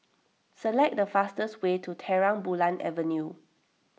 select the fastest way to Terang Bulan Avenue